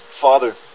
Father